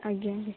ଆଜ୍ଞା ଆଜ୍ଞା